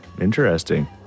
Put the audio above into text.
Interesting